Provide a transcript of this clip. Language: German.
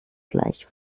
gleich